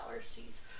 seeds